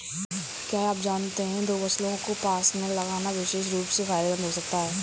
क्या आप जानते है दो फसलों को पास में लगाना विशेष रूप से फायदेमंद हो सकता है?